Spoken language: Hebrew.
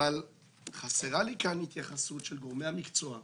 אבל חסרה לי התייחסות של גורמי המקצוע בוועדה,